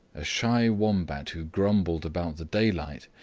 a shy wombat who grumbled about the daylight,